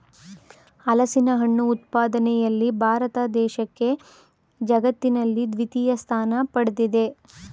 ಹಲಸಿನಹಣ್ಣು ಉತ್ಪಾದನೆಯಲ್ಲಿ ಭಾರತ ದೇಶಕ್ಕೆ ಜಗತ್ತಿನಲ್ಲಿ ದ್ವಿತೀಯ ಸ್ಥಾನ ಪಡ್ದಿದೆ